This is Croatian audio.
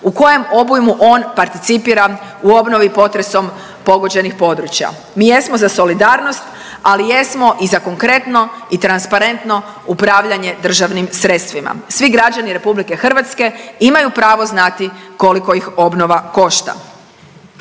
u kojem obujmu on participira u obnovi potresom pogođenih područja. Mi jesmo za solidarnost, ali jesmo i za konkretno i transparentno upravljanje državnim sredstvima, svi građani RH imaju pravo znati koliko ih obnova košta.